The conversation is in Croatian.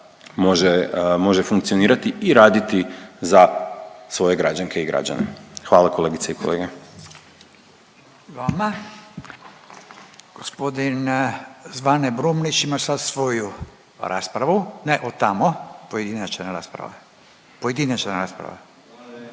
može funkcionirati i raditi za svoje građanke i građanke. Hvala kolegice i kolege. **Radin, Furio (Nezavisni)** I vama. Gospodin Zvane Brumnić ima sad svoju raspravu, ne od tamo, pojedinačna rasprava, pojedinačna rasprava.